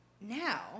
now